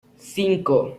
cinco